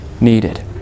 needed